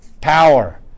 Power